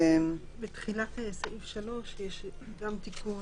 בתחילת סעיף 3 יש גם תיקון.